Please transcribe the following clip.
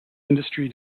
industry